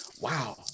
wow